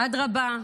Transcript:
אדרבה,